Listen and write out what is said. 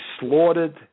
slaughtered